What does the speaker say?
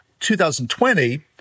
2020